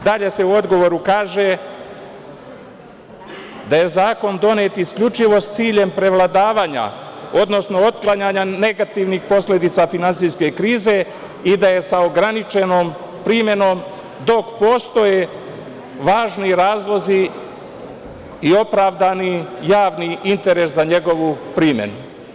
Dalje se u odgovoru kaže da je zakon donet isključivo s ciljem prevladavanja, odnosno otklanjanja negativnih posledica finansijske krize i da je sa ograničenom primenom, dok postoje važni razlozi i opravdani javni interes za njegovu primenu.